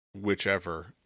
whichever